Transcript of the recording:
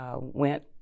went